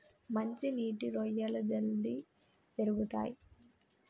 మంచి నీటి రొయ్యలు జల్దీ పెరుగుతయ్